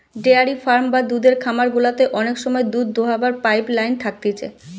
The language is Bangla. ডেয়ারি ফার্ম বা দুধের খামার গুলাতে অনেক সময় দুধ দোহাবার পাইপ লাইন থাকতিছে